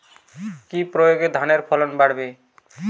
কি প্রয়গে ধানের ফলন বাড়বে?